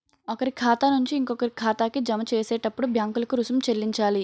ఒకరి ఖాతా నుంచి ఇంకొకరి ఖాతాకి జమ చేసేటప్పుడు బ్యాంకులకు రుసుం చెల్లించాలి